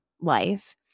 life